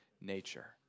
nature